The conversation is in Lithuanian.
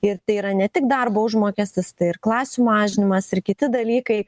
ir tai yra ne tik darbo užmokestis tai ir klasių mažinimas ir kiti dalykai